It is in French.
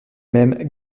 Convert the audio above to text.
même